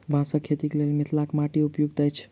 बाँसक खेतीक लेल मिथिलाक माटि उपयुक्त अछि